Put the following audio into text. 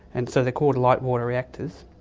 and so they're called light water reactors.